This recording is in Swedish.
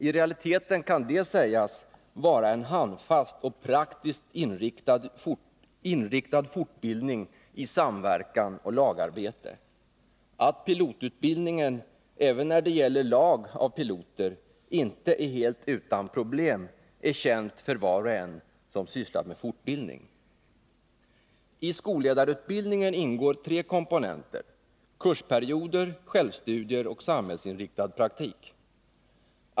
I realiteten kan detta sägas vara en handfast och praktiskt inriktad fortbildning i samverkan och lagarbete. Att pilotutbildningen, även när det gäller lag av lärare, inte är helt utan problem är känt för var och en som sysslar med fortbildning. I skolledarutbildningen ingår tre komponenter — kursperioder, självstudier och samhällsinriktad praktik.